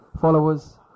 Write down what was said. followers